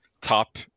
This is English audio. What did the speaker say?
top